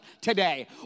today